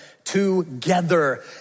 together